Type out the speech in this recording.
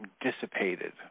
dissipated